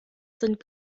sind